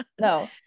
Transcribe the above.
No